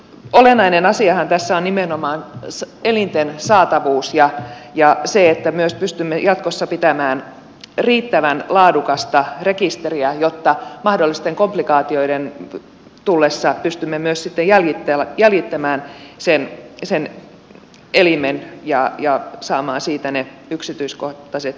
olennainen asiahan tässä on nimenomaan elinten saatavuus ja myös se että pystymme jatkossa pitämään riittävän laadukasta rekisteriä jotta mahdollisten komplikaatioiden tullessa pystymme myös jäljittämään sen elimen ja saamaan siitä ne yksityiskohtaiset tiedot esiin